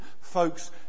Folks